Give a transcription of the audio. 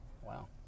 Wow